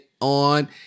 on